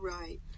right